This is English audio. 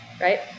right